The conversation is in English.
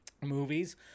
movies